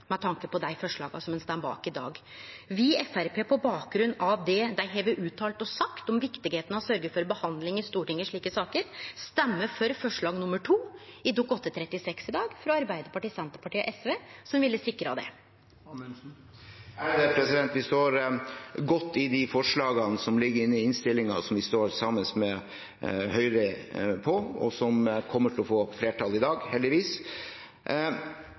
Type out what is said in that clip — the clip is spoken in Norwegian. med tanke på dei forslaga som ein står bak i dag. Vil Framstegspartiet, på bakgrunn av det dei har uttalt og sagt om viktigheita av å sørgje for behandling i Stortinget i slike saker, i dag stemme for forslag nr. 2 – i Dokument 8:36 S, for 2019–2020 – frå Arbeidarpartiet, Senterpartiet og SV, som ville ha sikra det? Vi står godt i de forslagene som ligger inne i innstillingen, som vi står sammen med Høyre om, og som kommer til å få flertall i dag, heldigvis.